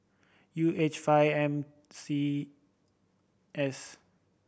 U H five M C S